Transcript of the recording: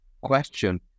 question